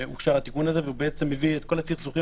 אושר התיקון הזה והוא בעצם מביא את כל הסכסוכים